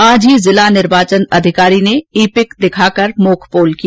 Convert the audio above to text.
आज ही जिला निर्वाचन अधिकारी ने ईपिक बताकर मोक पोल किया